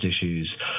issues